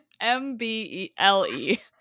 m-b-e-l-e